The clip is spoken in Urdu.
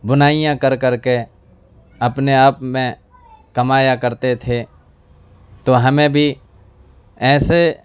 بنائیاں کر کر کے اپنے آپ میں کمایا کرتے تھے تو ہمیں بھی ایسے